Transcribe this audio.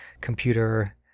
computer